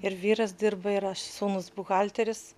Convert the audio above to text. ir vyras dirba ir aš sūnus buhalteris